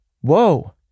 whoa